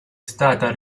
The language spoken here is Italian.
stata